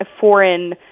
foreign